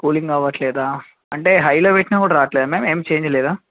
cooling అవ్వట్లేదా అంటే హైలో పెట్టినా కూడా రావట్లేదా మ్యామ్ ఏం ఛేంజ్ లేదా